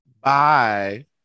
Bye